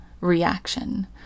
reaction